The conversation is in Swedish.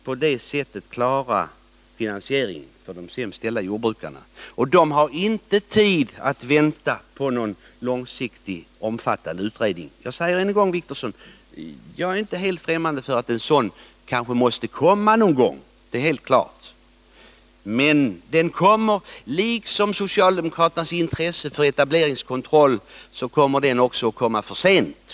På det sättet kan man klara finansieringen för de sämst ställda jordbrukarna. De har inte tid att vänta på någon omfattande och långsiktig utredning. Jag säger än en gång att jag inte är helt främmande för att en sådan utredning kanske måste komma någon gång. Men liksom socialdemokraternas intresse för etableringskontroll kommer också den att komma för sent.